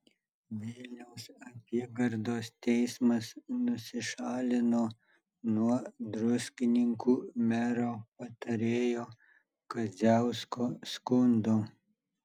vilniaus apygardos teismas nusišalino nuo druskininkų mero patarėjo kadziausko skundo